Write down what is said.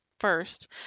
first